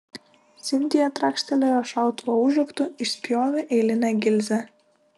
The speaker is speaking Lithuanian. sintija trakštelėjo šautuvo užraktu išspjovė eilinę gilzę